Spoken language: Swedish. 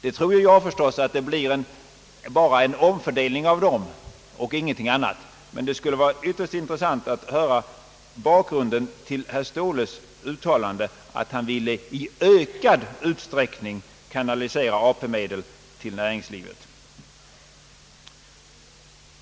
Jag tror för min del att det bara blir en omfördelning av dem och ingenting annat, men det skulle vara ytterst intressant att höra bakgrunden till herr Ståhles uttalande att han vill i ökad utsträckning kanalisera AP medel till näringslivet.